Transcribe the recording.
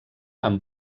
amb